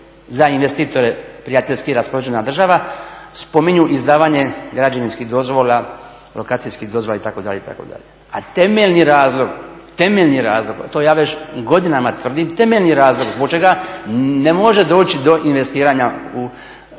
za investitore prijateljski raspoložena država spominju izdavanje građevinskih dozvola, lokacijskih dozvola itd., itd. A temeljni razlog, to ja već godinama tvrdim, temeljni razlog zbog čega ne može doći do pravog,